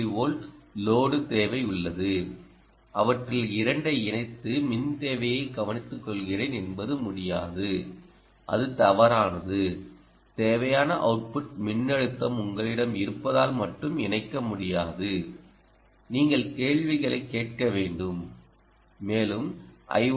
3 volt load தேவை உள்ளது அவற்றில் 2 ஐ இணைத்து மின் தேவையை கவனித்துக் கொள்கிறேன் என்பது முடியாது அது தவறானதுதேவையான அவுட்புட் மின்னழுத்தம் உங்களிடம் இருப்பதால் மட்டும் இணைக்க முடியாது நீங்கள் கேள்விகளைக் கேட்க வேண்டும் மேலும் ஐ